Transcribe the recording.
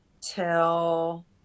till